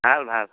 ভাল ভাল